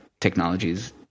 Technologies